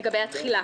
לגבי התחילה.